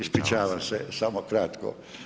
Ispričavam se, samo kratko.